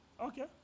Okay